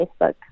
Facebook